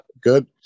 good